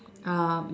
um